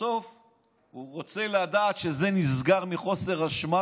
ובסוף הוא רוצה לדעת שזה נסגר מחוסר אשמה.